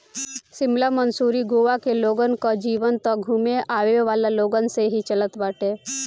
शिमला, मसूरी, गोवा के लोगन कअ जीवन तअ घूमे आवेवाला लोगन से ही चलत बाटे